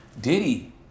Diddy